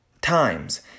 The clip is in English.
times